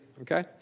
okay